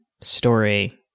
story